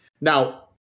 now